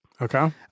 okay